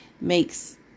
makes